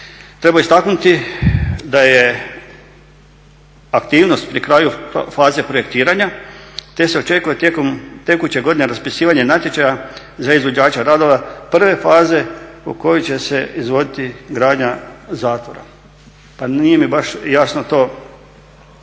Treba istaknuti da je aktivnost pri kraju faze projektiranja te se očekuje tijekom tekuće godine raspisivanje natječaja za izvođača radova prve faze po kojoj će se izvoditi gradnja zatvora. Pa nije mi baš jasno to kako